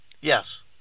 Yes